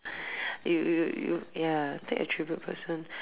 you you you ya take an attribute of a person